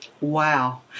Wow